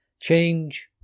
change